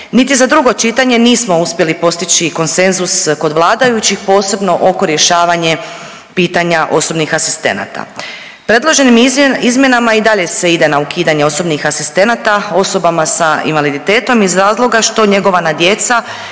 Niti za drugo čitanje nismo uspjeli postići konsenzus kod vladajućih, posebno oko rješavanje pitanja osobnih asistenata. Predloženim izmjenama i dalje se ide na ukidanje osobnih asistenata osobama sa invaliditetom iz razloga što njegovana djeca